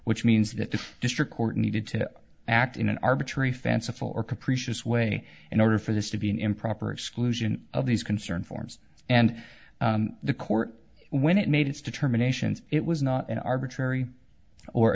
which means that the district court needed to act in an arbitrary fanciful or capricious way in order for this to be an improper exclusion of these concerned forms and the court when it made its determinations it was not an arbitrary or